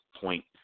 point